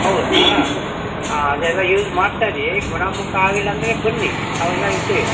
ಹೌದಾ ಹಾಂ ಅದೆಲ್ಲ ಯೂಸ್ ಮಾಡ್ತಾ ಇರಿ ಗುಣಮುಖ ಆಗಿಲ್ಲ ಅಂದರೆ ಬನ್ನಿ ನಾವೆಲ್ಲ ಇದ್ದೇವೆ